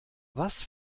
was